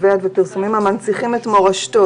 כתבי יד ופרסומים המנציחים את מורשתו",